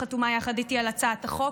שחתומה יחד איתי על הצעת החוק,